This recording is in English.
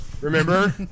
remember